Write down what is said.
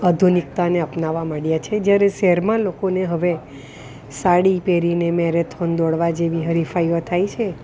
આધુનિકતાને અપનાવવા માંડ્યા છે જ્યારે શહેરમાં લોકોને હવે સાડી પહેરીને મેરેથોન દોડવા જેવી હરિફાઇઓ થાય છે